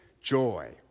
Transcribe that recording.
joy